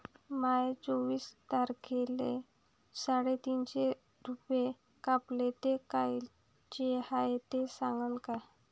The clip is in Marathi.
माये चोवीस तारखेले साडेतीनशे रूपे कापले, ते कायचे हाय ते सांगान का?